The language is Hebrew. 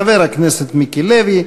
חבר הכנסת מיקי לוי,